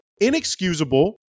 Inexcusable